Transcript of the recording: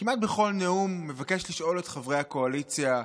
כמעט בכל נאום מבקש לשאול את חברי הקואליציה,